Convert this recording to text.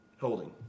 holding